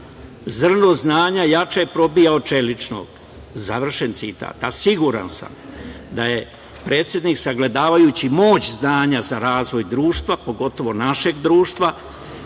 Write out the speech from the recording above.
zrno znanja jače probija od čeličnog“. Završen citat. Siguran sam da je predsednik, sagledavajući moć znanja za razvoj društva, pogotovo našeg društva